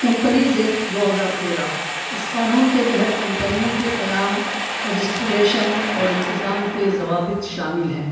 companies act دو ہزار تیرہ اس قانون کے تحت کمپنیوں کے قیام رجسٹریشن اور انتظام کے ضوابط شامل ہیں